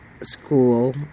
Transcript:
school